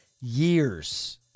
years